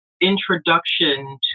introduction